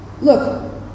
Look